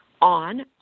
on